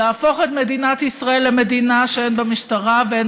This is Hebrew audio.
להפוך את מדינת ישראל למדינה שאין בה משטרה ואין